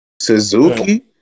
Suzuki